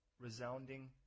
resounding